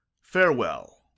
farewell